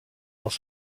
dans